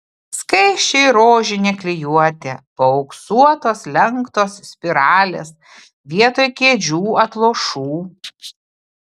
skaisčiai rožinė klijuotė paauksuotos lenktos spiralės vietoj kėdžių atlošų